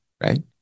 Right